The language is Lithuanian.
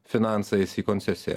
finansais į koncesiją